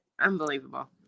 Unbelievable